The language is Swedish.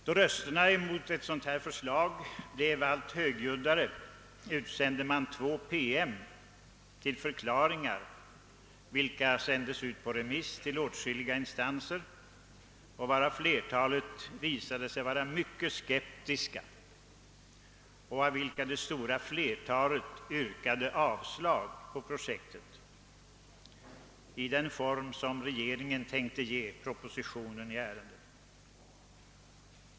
Då rösterna emot ett sådant här förslag blev allt högljuddare utsändes två PM som förklaringar på remiss till åtskilliga instanser. Flertalet av dessa instanser visade sig vara mycket skeptiskt inställda och det stora flertalet yrkade avslag på projektet, i varje fall i den form regeringen avsåg ge propositionen i ärendet.